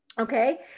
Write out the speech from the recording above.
okay